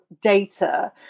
data